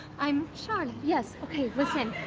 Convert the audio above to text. i'm charlotte. yes! okay listen,